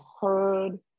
heard